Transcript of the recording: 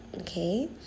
Okay